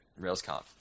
RailsConf